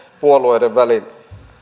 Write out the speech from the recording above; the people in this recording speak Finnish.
puolueiden välillä